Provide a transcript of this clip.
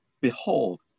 behold